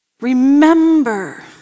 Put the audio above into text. Remember